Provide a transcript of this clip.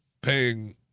paying